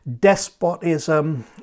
despotism